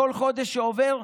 כל חודש שעובר,